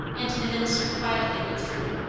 and the minister quietly withdrew,